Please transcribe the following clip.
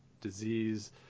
disease